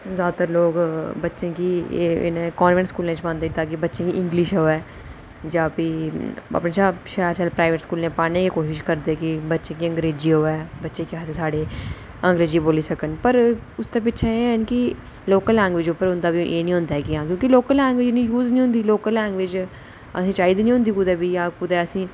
जैदैतर लोक बच्चैं गी कोनवैंट स्कूलैं पांदे ताकि बच्चें गी हिंदी आवै जां फ्ही अपने शा शैल शैल प्राईवेट स्कूलैं पांने दी कोशिश करदे कि बच्चें गी अंग्रेजी आवै बच्चे क्या आखदे साढे़ अंग्रेजी बोल्ली सकन ते लोकल लैंगुएज पर हुंदा इन्ना होंदा ऐ क्यूंकि लोकल लैंगुएंज इन्नी यूज़ होंदी ऐ असें गी चाहिदी नीं होंदी कुदैं बी असें